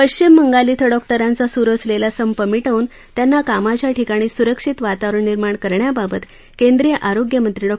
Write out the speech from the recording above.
पश्चिम बंगाल शिं डॉक्टरांचा सुरु असलेला संप मिटवून त्यांना कामाच्या ठिकाणी सुरक्षित वातावरण निर्माण करण्याबाबत केंद्रीय आरोग्यमंत्री डॉ